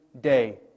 day